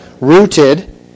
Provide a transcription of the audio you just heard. rooted